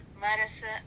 medicine